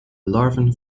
larven